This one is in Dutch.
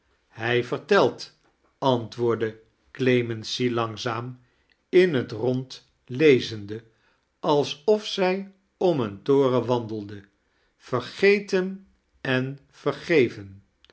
hij vertelt antwoordde clemency langzaam in het rond lezende alsof zij om een toren wandelde vergeten en vergeven